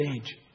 age